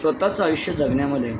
स्वतःच आयुष्य जगण्यामध्ये